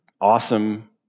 awesome